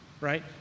right